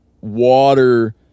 water